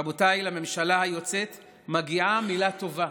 רבותיי, לממשלה היוצאת מגיעה מילה טובה.